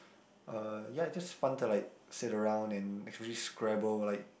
uh ya just fun to like sit around and especially Scrabble like